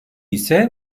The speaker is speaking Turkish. ise